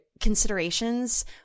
considerations